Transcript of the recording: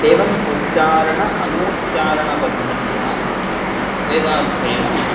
एवम् उच्चारण अनूच्चारणपद्धत्यां वेदाध्ययनं